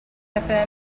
pethau